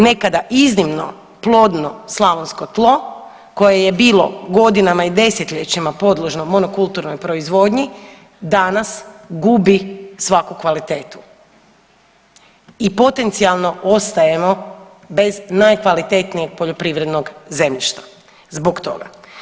Nekada iznimno plodno slavonsko tlo koje je bilo godinama i desetljećima podložno monokulturnoj proizvodnji danas gubi svaku kvalitetu i potencijalno ostajemo bez najkvalitetnijeg poljoprivrednog zemljišta zbog toga.